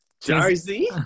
Jersey